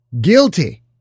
Guilty